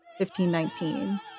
1519